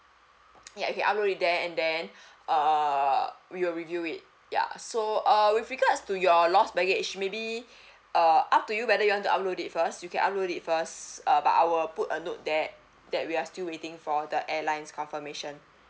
ya you can upload it there and then err we will review it ya so uh with regards to your lost baggage maybe uh up to you whether you want to upload it first you can upload it first uh but I will put a note there that we are still waiting for the airlines confirmation